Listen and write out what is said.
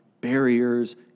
barriers